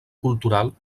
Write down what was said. cultural